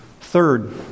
Third